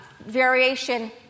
variation